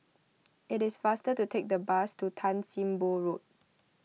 it is faster to take the bus to Tan Sim Boh Road